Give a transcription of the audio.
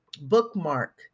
bookmark